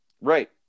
Right